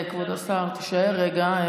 כבוד השר, תישאר רגע.